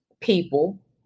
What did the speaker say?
people